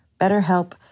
BetterHelp